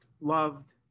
loved